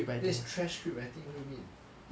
that is trash script writing what do you mean